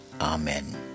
Amen